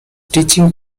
teaching